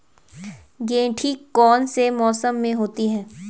गेंठी कौन से मौसम में होती है?